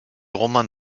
roman